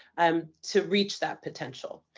um, to reach that potential.